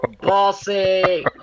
bossy